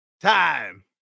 Time